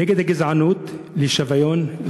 נגד הגזענות ובעד שוויון.